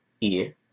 ear